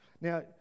Now